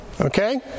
okay